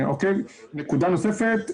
נקודה נוספת,